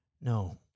No